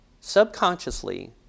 Subconsciously